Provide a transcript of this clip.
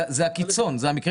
זה מקרה